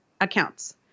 accounts